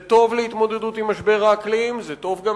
זה טוב להתמודדות עם משבר האקלים וזה טוב גם